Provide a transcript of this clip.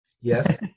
Yes